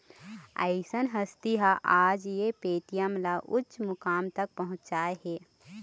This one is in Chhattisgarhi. अइसन हस्ती ह आज ये पेटीएम ल उँच मुकाम तक पहुचाय हे